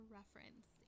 reference